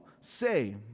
say